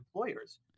employers